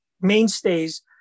mainstays